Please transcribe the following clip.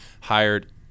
hired